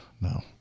no